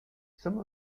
some